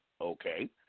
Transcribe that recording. Okay